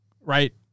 right